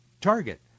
target